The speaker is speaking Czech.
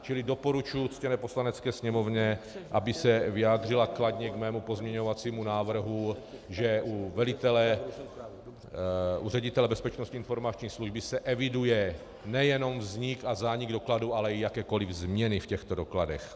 Čili doporučuji ctěné Poslanecké sněmovně, aby se vyjádřila kladně k mému pozměňovacímu návrhu, že u ředitele Bezpečnostní informační služby se eviduje nejenom vznik a zánik dokladů, ale i jakékoli změny v těchto dokladech.